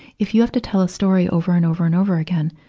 if you have to tell a story over and over and over again,